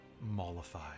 Mollify